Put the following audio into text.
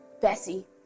Bessie